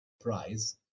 prize